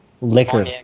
liquor